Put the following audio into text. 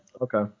Okay